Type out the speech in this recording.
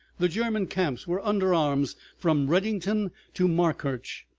the german camps were under arms from redingen to markirch,